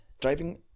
Driving